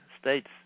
states